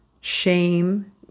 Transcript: shame